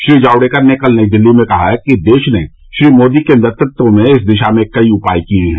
श्री जावड़ेकर ने कल नई दिल्ली में कहा कि देश ने श्री मोदी के नेतृत्व में इस दिशा में कई उपाय किये हैं